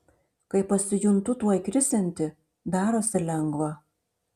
kai pasijuntu tuoj krisianti darosi lengva